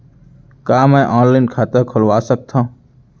का मैं ऑनलाइन खाता खोलवा सकथव?